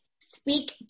speak